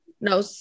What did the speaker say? no